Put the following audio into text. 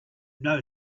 know